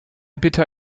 bitter